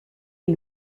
est